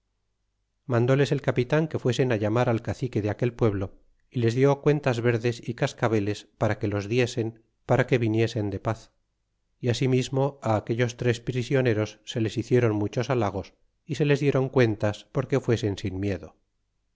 alandles el capitan que fuesen llamar al cacique de aquel pueblo y les dió cuentas verdes y cascabeles para que los diesen para que viniesen de paz y asimismo aquellos tres prisioneros se les hicieron muchos halagos y se les diéron cuentas porque fuesen sin miedo